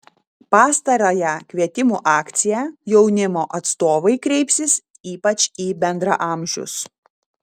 pastarąja kvietimų akcija jaunimo atstovai kreipsis ypač į bendraamžius